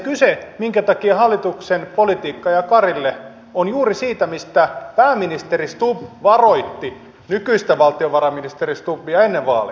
siinä minkä takia hallituksen politiikka ajaa karille on kyse juuri siitä mistä pääministeri stubb varoitti nykyistä valtiovarainministeri stubbia ennen vaaleja